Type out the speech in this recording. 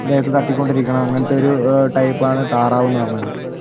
ദേഹത്ത് തട്ടി കൊണ്ടിരിക്കണം അങ്ങനത്തെ ഒരു ടൈപ്പാണ് താറാവെന്ന് പറഞ്ഞാൽ